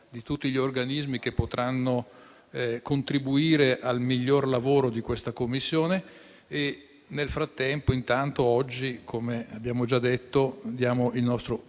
di tutti gli organismi che potranno contribuire al miglior lavoro di questa Commissione. Nel frattempo, oggi, come abbiamo già detto, diamo il nostro